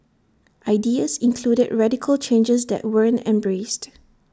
ideas included radical changes that weren't embraced